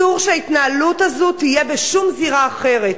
אסור שההתנהלות הזאת תהיה בשום זירה אחרת.